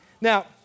Now